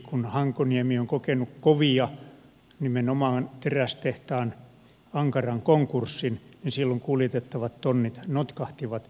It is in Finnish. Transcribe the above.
kun hankoniemi on kokenut kovia nimenomaan terästehtaan ankaran konkurssin niin silloin kuljetettavat tonnit notkahtivat